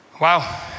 Wow